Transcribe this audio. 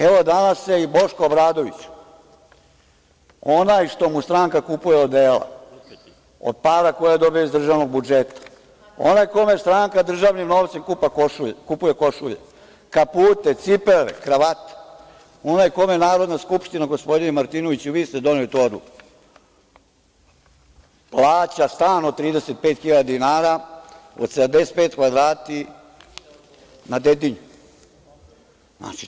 Evo, danas i Boško Obradović, onaj što mu stranka kupuje odela, od para koje dobija iz državnog budžeta, onaj kome stranka državnim novcem kupuje košulje, kapute, cipele, kravate, i onaj kome Narodna skupština, gospodine Martinoviću, vi ste doneli tu odluku, plaća stan od 35.000 dinara od 75 kvadrata na Dedinju.